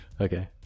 Okay